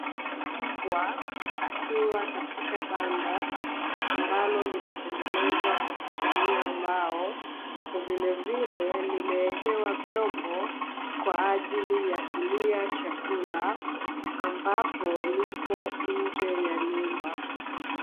Mbwa akiwa katika banda ambalo limetengenezwa kwa kutumia mbao na vilevile limewekewa vyombo kwa ajili ya kulia chakula ambapo lipo nje ya nyumba.